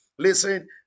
Listen